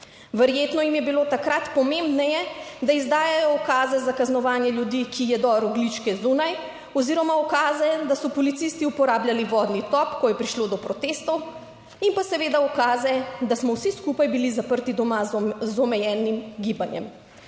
Verjetno jim je bilo takrat pomembneje, da izdajajo ukaze za kaznovanje ljudi, ki jedo rogljičke zunaj oziroma ukaze, da so policisti uporabljali vodni top, ko je prišlo do protestov in pa seveda ukaze, da smo vsi skupaj bili zaprti doma z omejenim gibanjem.